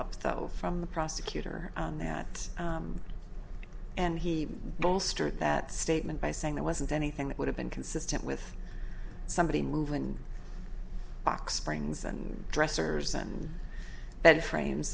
up though from the prosecutor on that and he bolstered that statement by saying there wasn't anything that would have been consistent with somebody moving box springs and dressers and that frames